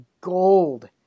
gold